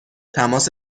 تماس